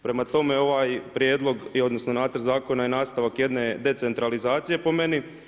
Prema tome, ovaj prijedlog odnosno Nacrt zakona je nastavak jedne decentralizacije po meni.